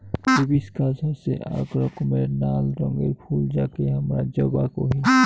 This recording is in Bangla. হিবিশকাস হসে আক রকমের নাল রঙের ফুল যাকে হামরা জবা কোহি